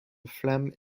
flammes